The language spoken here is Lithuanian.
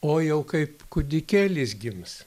o jau kaip kūdikėlis gims